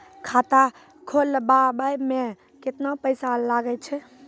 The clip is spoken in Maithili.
खाता खोलबाबय मे केतना पैसा लगे छै?